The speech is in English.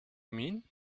mean